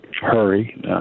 hurry